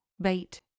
Bait